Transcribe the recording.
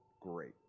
great